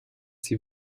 sie